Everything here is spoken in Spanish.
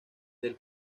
del